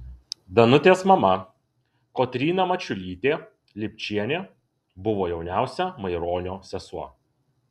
danutės mama kotryna mačiulytė lipčienė buvo jauniausia maironio sesuo